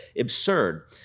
absurd